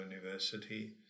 university